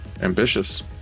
Ambitious